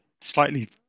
slightly